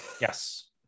Yes